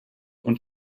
und